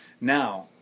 Now